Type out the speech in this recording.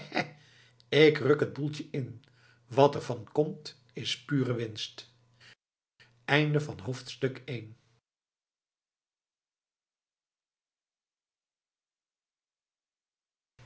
ik ruk t boeltje in wat er van komt is pure winst